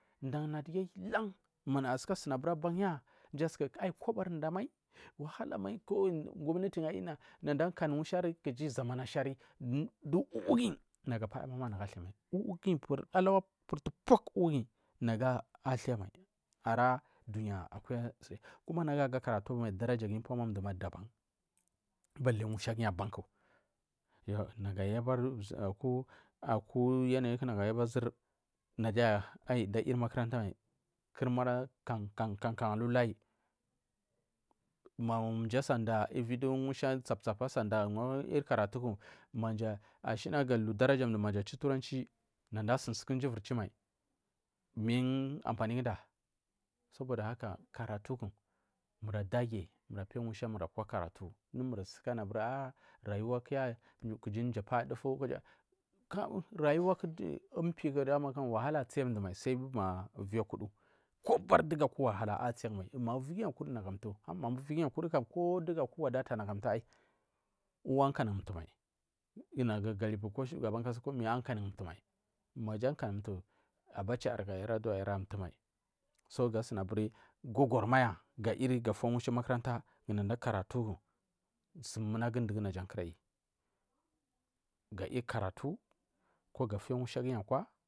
Dan nadigi lan lan ma daya suka asini aburi aban dugi aiyi kobori damal gwamate jangu amul ama kuji zaman ashari nagu apaya ma nagu althai mai musha du a lawa purta puck nagu du koboguyi ara ɗuniya kuma manage aiyi akaratu ku mai magu inda upoma mdu ma daban bali musha guyi gay aba zur aban naja nda muli karatu mai kur yawu aban ulayi kan kan aba ma mji asa da lbi du musha tsap tsapu ungu a mulai kaatu ku ashina ga ulu darajari mji manda a chu turanci nada asuni suku nduda ivir chumai mingu ampaniguda saboda haka karataku mura adagi ku mushar mur karatu suka mur anu aburi a rayuwa kuya mdu apaya dutu ya abaku rayuwaku dugi umpi wahala aiyi tsi mdu mai sai du a akudu kubari dugu aku wahala aiyi tsi mdumai la gu yi akudu nagu amte ma iviguyi a kudu kam ko dugu aku wadata nagu amtu wuwu a kan mtu mai mapu galipu ko shigabankasa avu akan umta mai abacha kaka yar adua aiyi amtu mai so gu asini aburi gogumaya ga fomusha umakaranta kunda akaratu su munagu dugu naza ja kurayi gay u karatu gafiya musha guyi kwa.